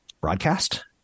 broadcast